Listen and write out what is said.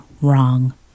wrong